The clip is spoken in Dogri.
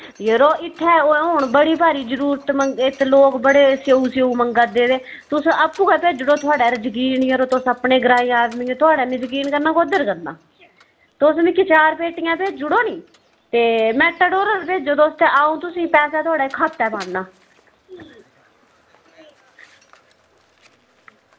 यरो इत्थें हून बड़ी भारी जरूरत लोग बड़े स्यौ स्यौ मंग्गा दे ते तुस आपूं गै भेजी ओड़ो यरो थुआढ़े उप्पर जकीन तुस अपने ग्राईं आदमी थुआढ़े उप्पर जकीन निं करना ते कोह्दे उप्पर करना तुस मिगी चार पेटियां भेजी ओड़ो नी तुस मेटाडोर उप्पर भेजो ते अंऊ पैसे थुआढ़े खातै र पाना